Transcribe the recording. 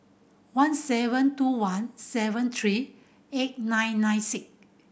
one seven two one seven three eight nine nine six